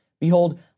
behold